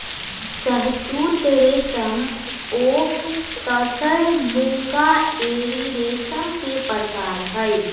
शहतुत रेशम ओक तसर मूंगा एरी रेशम के परकार हई